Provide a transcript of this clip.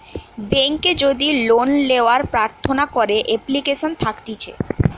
বেংকে যদি লোন লেওয়ার প্রার্থনা করে এপ্লিকেশন থাকতিছে